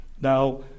now